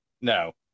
No